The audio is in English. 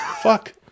Fuck